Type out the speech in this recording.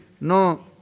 no